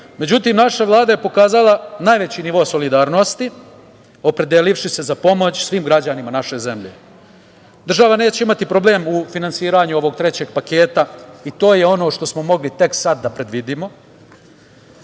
itd.Međutim naša Vlada je pokazala najveći nivo solidarnosti opredelivši se za pomoć svim građanima naše zemlje. Država neće imati problem u finansiranju ovog trećeg paketa i to je ono što smo mogli tek sada da predvidimo,